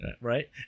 Right